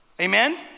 Amen